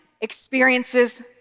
experiences